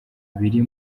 biri